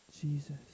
Jesus